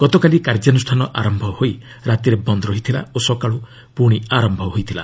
ଗତକାଲି କାର୍ଯ୍ୟାନୁଷ୍ଠାନ ଆରମ୍ଭ ହୋଇ ରାତିରେ ବନ୍ଦ୍ ରହିଥିଲା ଓ ସକାଳ୍ଧ ପୁଣି ଆରମ୍ଭ ହୋଇଥିଲା